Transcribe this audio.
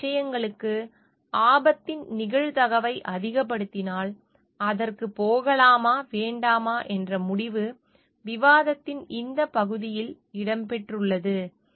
மற்ற விஷயங்களுக்கு ஆபத்தின் நிகழ்தகவை அதிகப்படுத்தினால் அதற்குப் போகலாமா வேண்டாமா என்ற முடிவு விவாதத்தின் இந்தப் பகுதியில் இடம்பெற்றுள்ளது